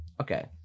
Okay